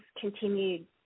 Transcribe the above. continued